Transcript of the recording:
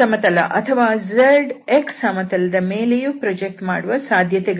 ಸಮತಲ ಅಥವಾ zx ಸಮತಲದ ಮೇಲೆಯೂ ಕೂಡ ಪ್ರೊಜೆಕ್ಟ್ ಮಾಡುವ ಸಾಧ್ಯತೆಗಳಿವೆ